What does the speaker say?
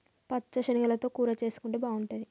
పచ్చ శనగలతో కూర చేసుంటే బాగుంటది